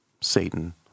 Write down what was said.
Satan